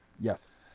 Yes